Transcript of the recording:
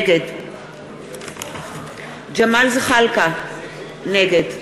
נגד ג'מאל זחאלקה, נגד